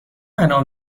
انعام